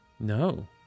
No